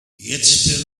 jetzt